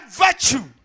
virtue